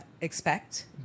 expect